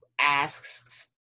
asks